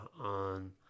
on